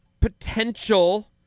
potential